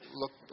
look